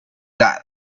that